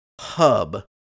hub